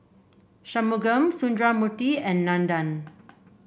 Shunmugam Sundramoorthy and Nandan